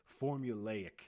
formulaic